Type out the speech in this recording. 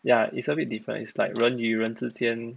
yeah it's a bit different it's like 人与人之间